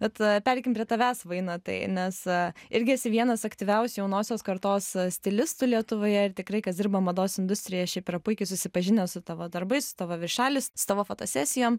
bet pereikim prie tavęs vainotai nes irgi esi vienas aktyviausių jaunosios kartos stilistų lietuvoje ir tikrai kas dirba mados industrijoje šiaip yra puikiai susipažinę su tavo darbais su tavo viršeliais su tavo fotosesijom